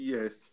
Yes